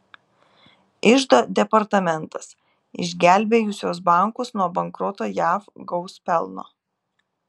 iždo departamentas išgelbėjusios bankus nuo bankroto jav gaus pelno